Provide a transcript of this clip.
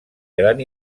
gran